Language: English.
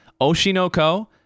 Oshinoko